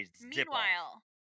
meanwhile